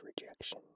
rejection